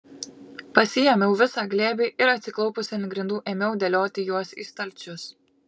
pasiėmiau visą glėbį ir atsiklaupusi ant grindų ėmiau dėlioti juos į stalčius